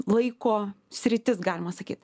laiko sritis galima sakyt